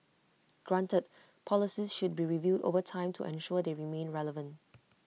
granted policies should be reviewed over time to ensure they remain relevant